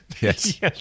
Yes